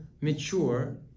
mature